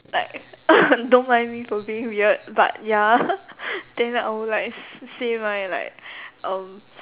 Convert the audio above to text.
like don't mind me for being weird but ya then I would like s~ say my like um